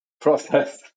process